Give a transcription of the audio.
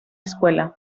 escuela